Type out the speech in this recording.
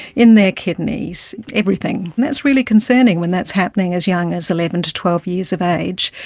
in their kidneys, everything, and that's really concerning when that's happening as young as eleven to twelve years of age.